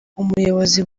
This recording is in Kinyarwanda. umuyobozi